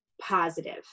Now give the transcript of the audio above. positive